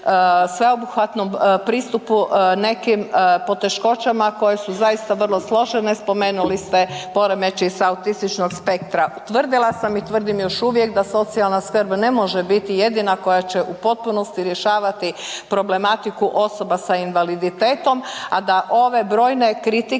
sveobuhvatnom pristupu nekim poteškoćama koje su zaista vrlo složene. Spomenuli ste poremećaj s autističnog spektra. Tvrdila sam i tvrdim još uvijek da socijalna skrb ne može biti jedina koja će u potpunosti rješavati problematiku osoba sa invaliditetom, a da ove brojne kritike,